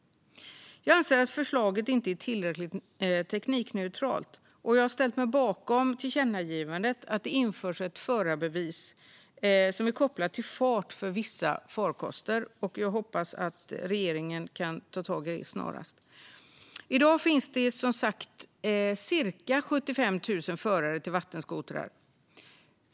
Jag anser att förslaget inte är tillräckligt teknikneutralt, och jag har ställt mig bakom det föreslagna tillkännagivandet om att det ska införas ett förarbevis som är kopplat till hastighet för vissa farkoster. Jag hoppas att regeringen kan ta tag i detta snarast. I dag finns det som sagt cirka 75 000 förare av vattenskotrar.